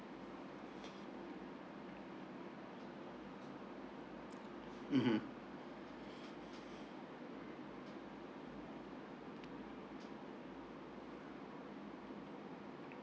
mmhmm